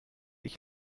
ich